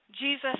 Jesus